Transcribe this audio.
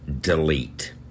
delete